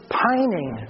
pining